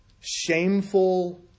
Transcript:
shameful